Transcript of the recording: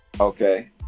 Okay